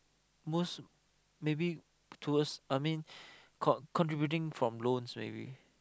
most maybe to us I mean con~ contributing from loans maybe